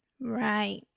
Right